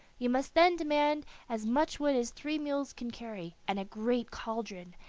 you must then demand as much wood as three mules can carry, and a great cauldron,